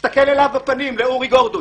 תסתכל בפנים של אורי גורדין